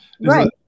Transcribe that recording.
Right